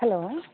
hello